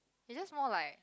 you just more like